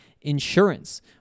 insurance